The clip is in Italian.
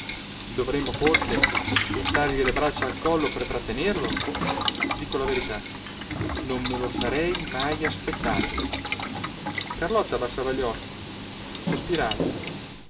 dovremmo forse buttargli le braccia al collo per trattenerlo dico la verità non me lo sarei mai aspettato carlotta abbassava gli occhi sospirava